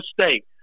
State